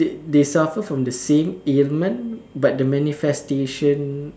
they they suffer from the ailment but the manifestation